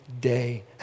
day